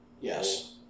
Yes